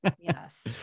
yes